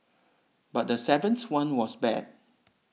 but the seventh one was bad